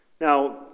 Now